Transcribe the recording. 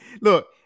Look